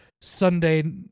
Sunday